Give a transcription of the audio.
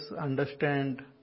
understand